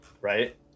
right